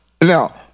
Now